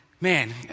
man